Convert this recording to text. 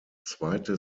zweite